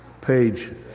page